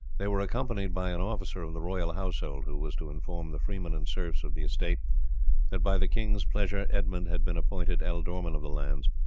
they were accompanied by an officer of the royal household, who was to inform the freemen and serfs of the estate that by the king's pleasure edmund had been appointed ealdorman of the lands.